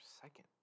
second